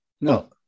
No